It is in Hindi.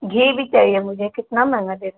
घी भी चाहिए मुझे कितना महंगा दे रही हैं